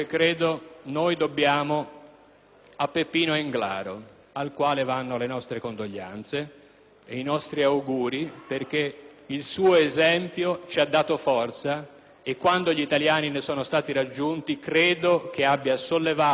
a Beppino Englaro, al quale vanno le nostre condoglianze e i nostri auguri perché il suo esempio ci ha dato forza e quando gli italiani ne sono stati raggiunti credo abbia sollevato in tutti loro un dubbio